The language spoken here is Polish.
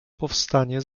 powstanie